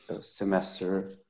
semester